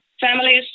families